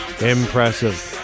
impressive